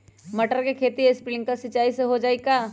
मटर के खेती स्प्रिंकलर सिंचाई से हो जाई का?